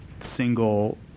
single